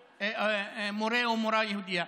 מורה או מורה יהודים.